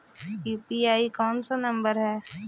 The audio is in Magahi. यु.पी.आई कोन सा नम्बर हैं?